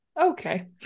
Okay